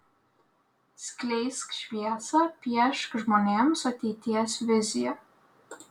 skleisk šviesą piešk žmonėms ateities viziją